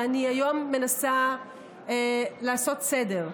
והיום אני מנסה לעשות סדר.